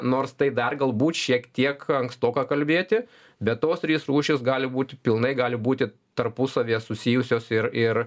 nors tai dar galbūt šiek tiek ankstoka kalbėti bet tos trys rūšys gali būti pilnai gali būti tarpusavyje susijusios ir ir